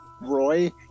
roy